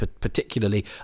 particularly